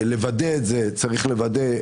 לוודא את זה, צריך לוודא.